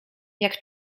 jak